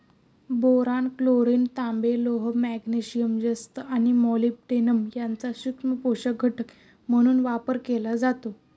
boron, chlorine, तांबे, लोह, magnesium, जस्त आणि मॉलिब्डेनम यांचा सूक्ष्म पोषक घटक म्हणून वापर केला जातो